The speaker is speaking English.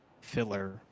filler